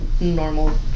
normal